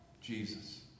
Jesus